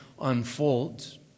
unfolds